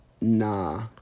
nah